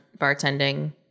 bartending